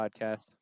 podcast